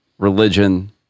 religion